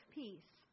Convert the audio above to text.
peace